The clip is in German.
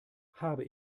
habe